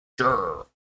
Sure